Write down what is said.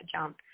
jump